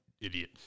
Idiot